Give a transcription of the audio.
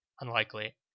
unlikely